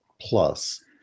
Plus